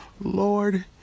Lord